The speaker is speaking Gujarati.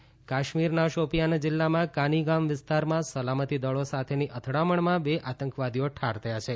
બે આતંકવાદી ઠાર કાશ્મીનાર શોપિંયાન જિલ્લામાં કાનીગામ વિસ્તારમાં સલામતીદળી સાથેની અથડામણમાં બે આતંકવાદીઓ ઠાર થયા છે